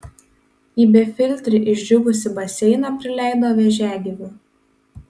į befiltrį išdžiūvusį baseiną prileido vėžiagyvių